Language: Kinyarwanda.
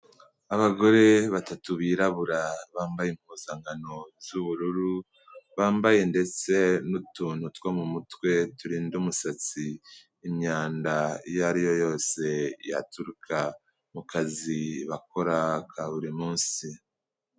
Abagore batatu birabura bambaye impuzankano z'ubururu, bambaye ndetse n'utuntu two mu mutwe turinda umusatsi imyanda iyo ari yo yose yaturuka mu kazi bakora ka buri munsi.